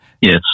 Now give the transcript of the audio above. Yes